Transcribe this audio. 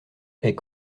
est